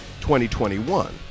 2021